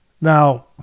now